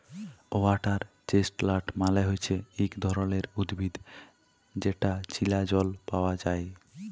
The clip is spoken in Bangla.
ওয়াটার চেস্টলাট মালে হচ্যে ইক ধরণের উদ্ভিদ যেটা চীলা জল পায়া যায়